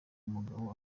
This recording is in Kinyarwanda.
umugabo